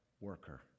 worker